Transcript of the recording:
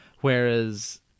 whereas